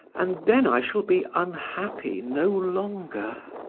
and then i shall be unhappy no longer.